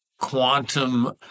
quantum